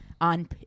on